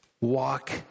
Walk